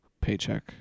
paycheck